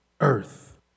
earth